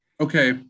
okay